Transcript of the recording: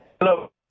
Hello